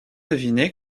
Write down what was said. deviner